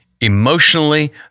emotionally